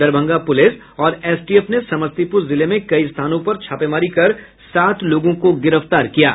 Darbhanga police और STF ने समस्तीपुर जिले में कई स्थानों पर छापेमारी कर सात लोगों को गिरफ्तार किया है